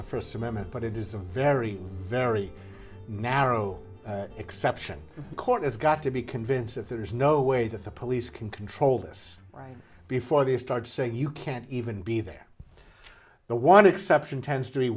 the first amendment but it is a very very narrow exception court has got to be convinced that there is no way that the police can control this right before they start saying you can't even be there the one exception tends to be